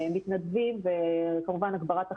מתנדבים וכמובן הגברת אכיפה,